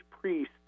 priest